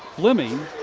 flemming.